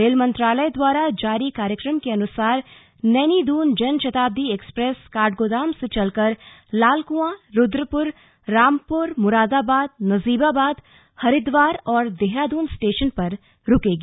rail मंत्रालय द्वारा जारी कार्यक्रम के अनुसार नैनी दून जनशताब्दी एक्सप्रेस काठगोदाम से चलकर लालक्आं रुद्रपुर रामपुर मुरादाबाद नजीबाबाद हरिद्वार और देहरादून स्टेशन पर रुकेगी